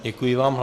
Děkuji vám.